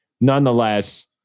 Nonetheless